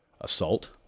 Assault